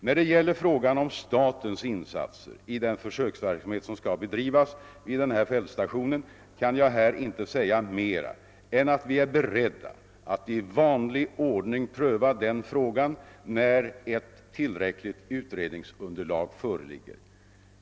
När det gäller frågan om statens insatser i den försöksverksamhet som skall bedrivas vid denna fältstation kan jag här inte säga mera än att vi är beredda att i vanlig ordning pröva den frågan när ett tillräckligt utredningsunderlag föreligger.